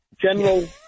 General